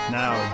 now